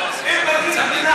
אם פרקליט